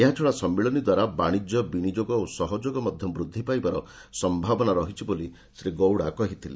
ଏହାଛଡା ସମ୍ମିଳନୀ ଦ୍ୱାର ବାଶିଜ୍ୟ ବିନିଯୋଗ ଓ ସହଯୋଗ ମଧ୍ୟ ବୃଦ୍ଧି ପାଇବାର ସମ୍ଭାବନା ରହିଛି ବୋଲି ଶ୍ରୀ ଗୌଡ଼ା କହିଥିଲେ